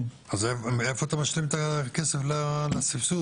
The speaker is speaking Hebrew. אז מאיפה אתה משלים את הכסף לסבסוד,